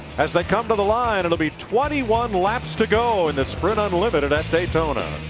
as they come to the line it will be twenty one laps to go in the sprint unlimited at daytona.